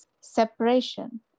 separation